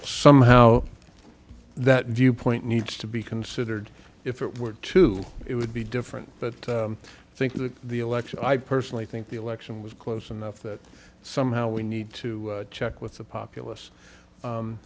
somehow that viewpoint needs to be considered if it were two it would be different but i think that the election i personally think the election was close enough that somehow we need to check with the populace